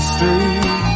Street